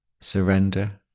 surrender